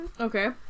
Okay